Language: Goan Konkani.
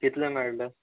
कितले मेळ्ळें